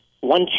one